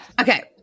Okay